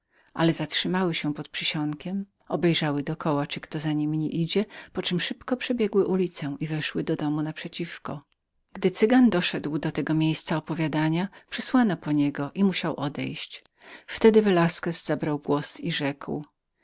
ale zatrzymały się pod przysionkiem obejrzały do koła czyli kto za niemi nie idzie poczem szybko przebiegły ulicę i weszły do przeciwnego domu gdy cygan doszedł do tego miejsca przysłano po niego i musiał odejść wtedy velasquez zabrał głos i rzekł